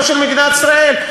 ולא של מדינת ישראל,